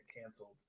canceled